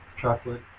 chocolate